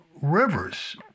rivers